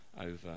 over